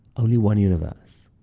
only one universe.